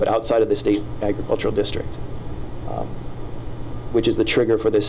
but outside of the state agricultural district which is the trigger for the